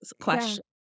question